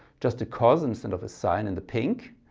just a cos instead of a sine in the pink,